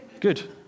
Good